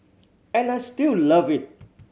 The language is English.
and I still love it